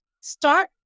start